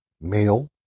male